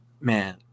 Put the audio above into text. man